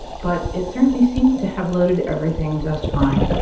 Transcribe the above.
but it certainly seems to have loaded everything just fine.